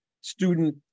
student